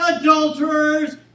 Adulterers